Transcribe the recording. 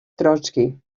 trotski